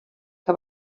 que